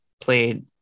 played